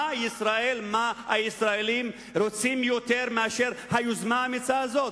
מה הישראלים רוצים יותר מאשר היוזמה האמיצה הזאת?